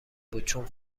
بود، چون